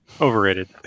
Overrated